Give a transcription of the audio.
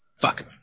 Fuck